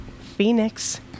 phoenix